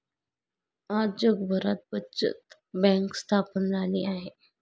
आज जगभरात बचत बँक स्थापन झाली आहे